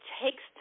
takes